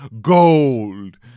gold